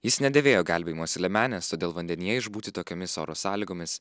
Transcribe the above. jis nedėvėjo gelbėjimosi liemenės todėl vandenyje išbūti tokiomis oro sąlygomis